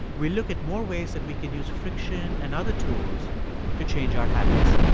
we look at more ways that we can use friction and other tools to change our habits.